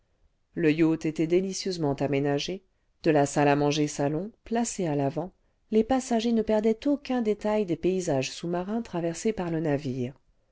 le yacht était délicieusement aménagé de la salle à manger salon placée à l'avant les passagers ne perdaient aucun détail des paysages sous-marins traversés par le navire